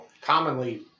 Commonly